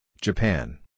Japan